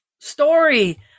story